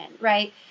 right